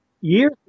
Years